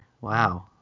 wow